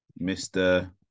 Mr